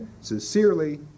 Sincerely